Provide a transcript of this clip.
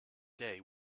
day